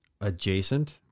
adjacent